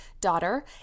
daughter